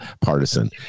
partisan